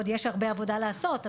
ועוד יש הרבה עבודה לעשות.